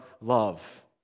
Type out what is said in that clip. love